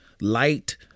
light